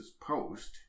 Post